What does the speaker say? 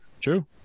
True